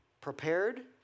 prepared